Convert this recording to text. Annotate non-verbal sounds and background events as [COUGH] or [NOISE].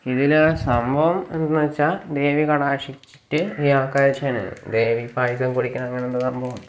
ഇതിലെ സംഭവം എന്തെന്നുവെച്ചാൽ ദേവി കടാക്ഷിച്ചിട്ട് [UNINTELLIGIBLE] ദേവി പായസം കുടിക്കണ അങ്ങനെ എന്തോ സംഭവമാണ്